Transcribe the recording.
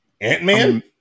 Ant-Man